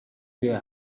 their